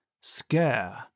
scare